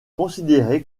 considéré